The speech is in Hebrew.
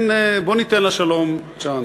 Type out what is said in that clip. בוא ניתן לשלום צ'אנס.